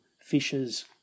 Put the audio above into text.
fishers